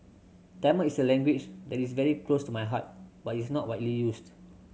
Tamil is a language that is very close to my heart but it's not widely used